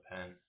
Pen